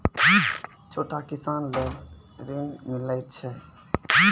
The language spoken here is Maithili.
छोटा किसान लेल ॠन मिलय छै?